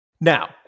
Now